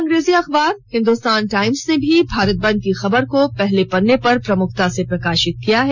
अंग्रेजी अखबार हिंदुस्तान टाइम्स ने भी भारत बंद की खबर को पहले पन्ने पर प्रमुखता से प्रकाशित की है